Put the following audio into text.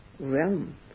realm